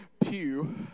pew